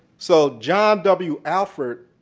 so john w. alford,